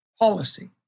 policy